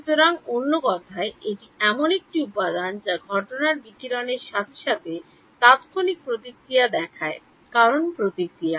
সুতরাং অন্য কথায় এটি এমন একটি উপাদান যা ঘটনার বিকিরণের সাথে সাথে তাত্ক্ষণিক প্রতিক্রিয়া দেখায় কারণ প্রতিক্রিয়া